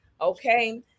Okay